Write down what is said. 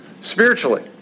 spiritually